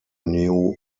new